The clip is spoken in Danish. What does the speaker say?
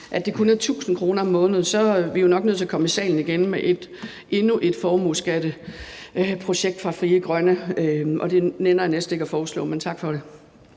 at det kun er 1.000 kr. om måneden, så er vi jo nok nødt til at komme i salen igen med endnu et formueskatteprojekt fra Frie Grønne. Det nænner jeg næsten ikke at foreslå, men tak for det.